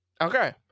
Okay